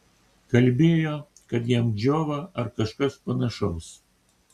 kalbėjo kad jam džiova ar kažkas panašaus